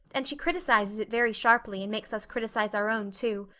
and she criticizes it very sharply and makes us criticize our own too.